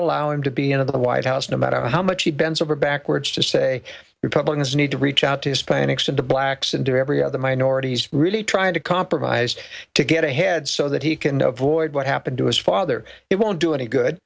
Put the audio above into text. allow him to be out of the white house no matter how much he bends over backwards to say republicans need to reach out to hispanics and blacks and to every other minorities really trying to compromise to get ahead so that he can avoid what happened to his father it won't do any good